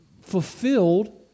fulfilled